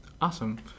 awesome